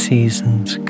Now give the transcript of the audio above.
seasons